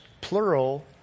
plural